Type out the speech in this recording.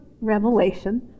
revelation